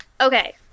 okay